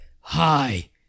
Hi